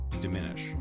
diminish